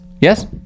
Yes